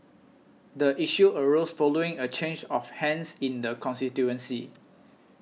the issue arose following a change of hands in the constituency